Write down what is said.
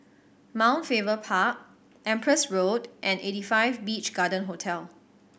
Mount Faber Park Empress Road and Eighty Five Beach Garden Hotel